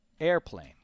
Airplane